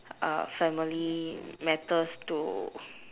uh family matters to